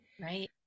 Right